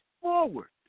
forward